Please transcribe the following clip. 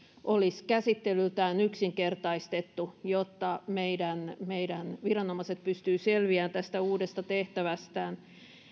olisi käsittelyltään yksinkertaistettu jotta meidän meidän viranomaiset pystyvät selviämään tästä uudesta tehtävästään